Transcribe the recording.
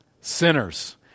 Sinners